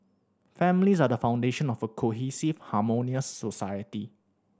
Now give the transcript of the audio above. families are the foundation of a cohesive harmonious society